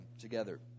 together